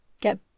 get